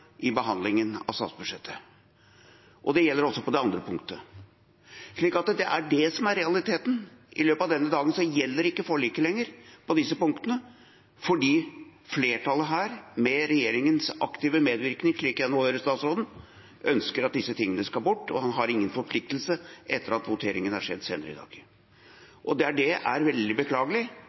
i behandlingen av statsbudsjettet. Det gjelder også på det andre punktet. Så det er det som er realiteten. I løpet av denne dagen gjelder ikke forliket lenger på disse punktene, fordi flertallet her, med regjeringens aktive medvirkning, slik jeg nå hører statsråden, ønsker at disse tingene skal bort, og han har ingen forpliktelse etter at voteringen er skjedd senere i dag. Det er veldig beklagelig og bryter med hele den parlamentariske forlikskulturen i Norge. Nei, det er